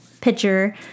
picture